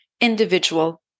individual